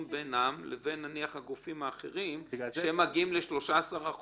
בינם לבין הגופים האחרים שמגיעים ל-13%.